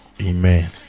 Amen